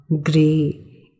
grey